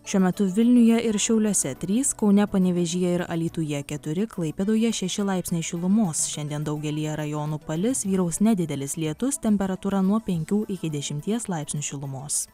šiuo metu vilniuje ir šiauliuose trys kaune panevėžyje ir alytuje keturi klaipėdoje šeši laipsniai šilumos šiandien daugelyje rajonų palis vyraus nedidelis lietus temperatūra nuo penkių iki dešimties laipsnių šilumos